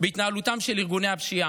בהתנהלותם של ארגוני הפשיעה.